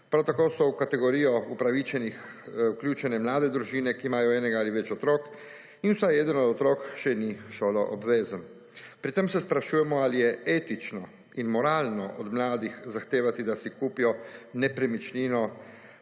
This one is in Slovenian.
Prav tako so v kategorijo upravičenih vključene mlade družine, ki imajo enega ali več otrok in vsaj eden od otrok še ni šolo obvezen. Pri tem se sprašujemo, ali je etično in moralno od mladih zahtevati, da si kupijo nepremičnino